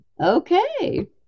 okay